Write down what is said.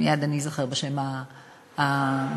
אני אזכר בשם המלא,